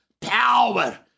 power